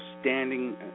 standing